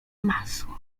masło